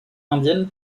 indienne